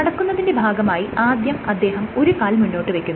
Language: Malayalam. നടത്തത്തിന്റെ ഭാഗമായി ആദ്യം അദ്ദേഹം ഒരു കാൽ മുന്നോട്ട് വെക്കുന്നു